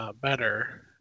better